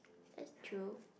that's true